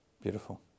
beautiful